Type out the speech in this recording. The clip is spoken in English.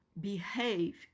behave